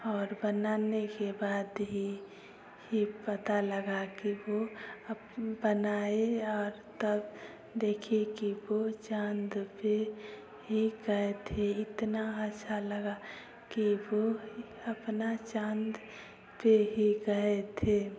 और बनाने के बाद ही ही पता लगा कि वो अपन बनाए और तब देखे कि वो चाँद पे ही गए थे इतना अछा लगा कि वो अपना चाँद पे ही गए थे